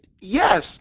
yes